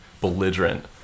belligerent